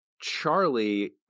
charlie